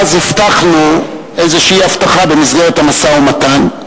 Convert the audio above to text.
ואז הבטחנו איזו הבטחה במסגרת המשא-ומתן,